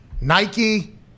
Nike